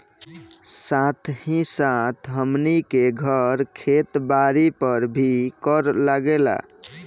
साथ ही साथ हमनी के घर, खेत बारी पर भी कर लागेला